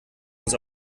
uns